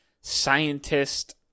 scientist